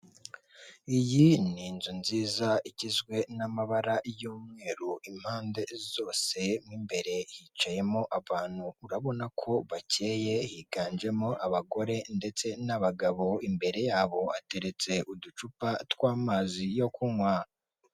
Abantu batandukanye bafite amadapo y'ibara ry'umweru ubururu n'umutuku yanditseho Efuperi bakikije umukuru w'igihugu perezida Poul Kagame wambaye ingofero y'umukara umupira w'umweru, uriho ikirangantego cya efuperi wazamuye akaboko.